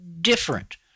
different